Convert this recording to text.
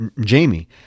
Jamie